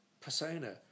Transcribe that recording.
persona